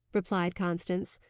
replied constance.